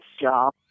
job